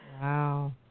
Wow